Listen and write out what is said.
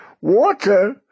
water